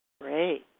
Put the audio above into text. Great